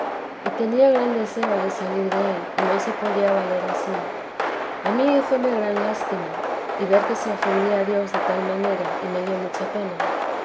fea tenía gran deseo de salir del y no se podía valer a sí a mí hízome gran lástima y ver que se ofendía a dios de tal manera me dio mucha pena